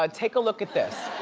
ah take a look at this.